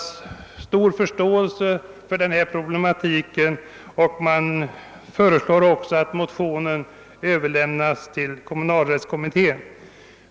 Stor förståelse har uttalats för problematiken och man föreslår också att motionen överlämnas till kommunalrättskommittén.